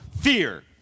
fear